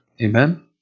Amen